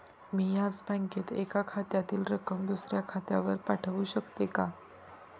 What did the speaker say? मी याच बँकेत एका खात्यातील रक्कम दुसऱ्या खात्यावर पाठवू शकते का?